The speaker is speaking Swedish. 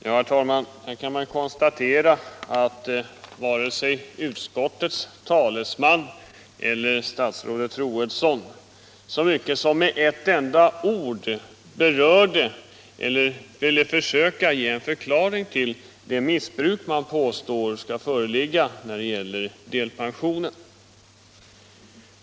Herr talman! Här kan man konstatera att varken utskottets talesman eller statsrådet Troedsson så mycket som med ett enda ord berörde eller ville försöka ge en förklaring till det missbruk man påstår föreligger när det gäller delpensionen.